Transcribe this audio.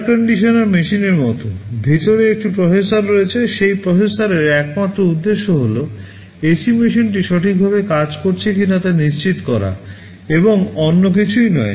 air conditioner মেশিনের মতো ভিতরে একটি প্রসেসর রয়েছে সেই প্রসেসরের একমাত্র উদ্দেশ্য হল AC machine টি সঠিকভাবে কাজ করছে কিনা তা নিশ্চিত করা এবং অন্য কিছুই নয়